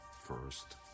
first